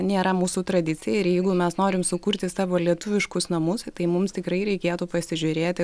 nėra mūsų tradicija ir jeigu mes norim sukurti savo lietuviškus namus tai mums tikrai reikėtų pasižiūrėti